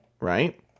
right